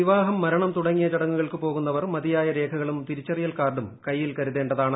വിവാഹം മരണം തുടങ്ങിയ ചടങ്ങുകൾക്ക് പോകുന്നവർ മതിയായ രേഖകളും തിരിച്ചറിയൽ കാർഡും കൈയിൽ കരുതേണ്ടതാണ്